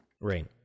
Right